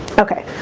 okay,